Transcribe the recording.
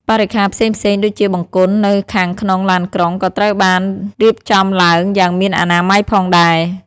បរិក្ខារផ្សេងៗដូចជាបង្គន់នៅខាងក្នុងឡានក៏ត្រូវបានរៀបចំឡើងយ៉ាងមានអនាម័យផងដែរ។